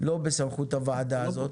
לא בסמכות הוועדה הזאת,